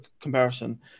comparison